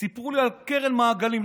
סיפרו לי על קרן מעגלים.